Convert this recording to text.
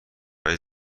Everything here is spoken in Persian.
های